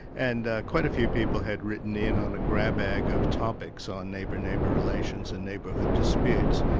and quite a few people had written in on a grab-bag of topics, on neighbour-neighbour relations and neighbourhood disputes,